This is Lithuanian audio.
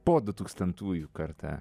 po dutūkstantųjų karta